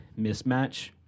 mismatch